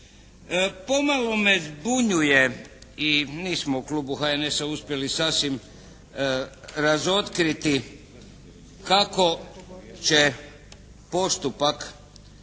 Pomalo me zbunjuje i nismo u Klubu HNS-a uspjeli sasvim razotkriti kako će postupak